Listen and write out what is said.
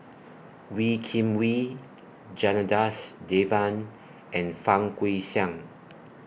Wee Kim Wee Janadas Devan and Fang Guixiang